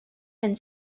and